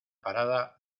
parada